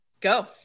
Go